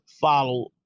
follow